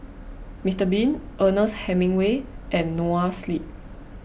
Mister Bean Ernest Hemingway and Noa Sleep